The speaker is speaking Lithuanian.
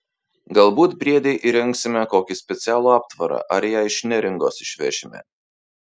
galbūt briedei įrengsime kokį specialų aptvarą ar ją iš neringos išvešime